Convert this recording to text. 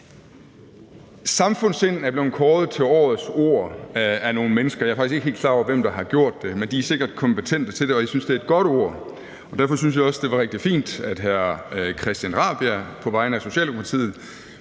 Samfundssind er blevet kåret til årets ord af nogle mennesker. Jeg er faktisk ikke helt klar over, hvem der har gjort det, men de er sikkert kompetente til det, og jeg synes, at det er et godt ord. Derfor synes jeg også, det var rigtig fint, at hr. Christian Rabjerg Madsen på vegne af Socialdemokratiet